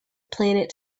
planet